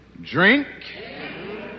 drink